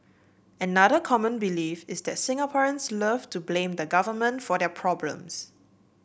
another common belief is that Singaporeans love to blame the Government for their problems